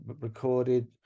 recorded